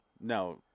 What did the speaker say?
No